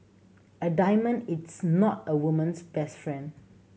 a diamond it's not a woman's best friend